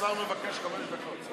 השר מבקש חמש דקות.